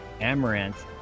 Amaranth